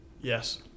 Yes